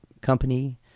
company